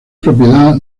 propiedad